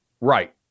Right